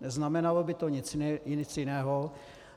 Neznamenalo by to nic jiného